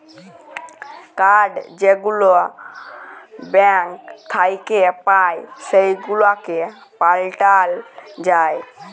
card যেগুলা bank থ্যাইকে পাই সেগুলাকে পাল্টাল যায়